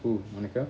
who monica